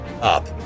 up